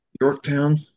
Yorktown